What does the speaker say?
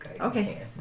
Okay